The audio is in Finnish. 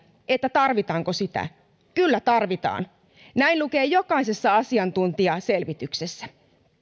tarvitaanko sitä kyllä tarvitaan näin lukee jokaisessa asiantuntijaselvityksessä